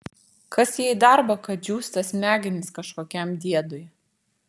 kas jai darbo kad džiūsta smegenys kažkokiam diedui